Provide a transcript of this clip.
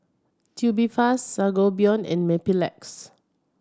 Tubifast Sangobion and Mepilex